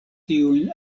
tiujn